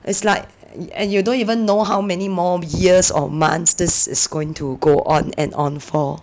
it's like and you don't even know how many more years or months this is going to go on and on for